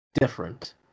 different